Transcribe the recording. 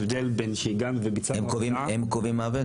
במקרה שהם קובעים מוות?